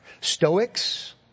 Stoics